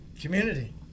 community